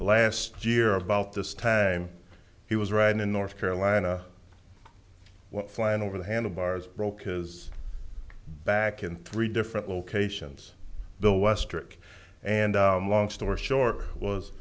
last year about this time he was riding in north carolina flying over the handlebars broca's back in three different locations the west rick and long story short was